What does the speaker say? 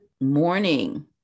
morning